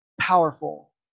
powerful